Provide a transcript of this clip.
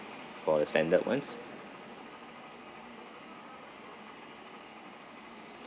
for the standard ones